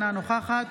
אינה נוכחת